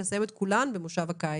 ולסיים את כולן במושב הקיץ.